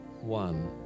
One